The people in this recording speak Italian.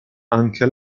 anche